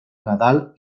nadal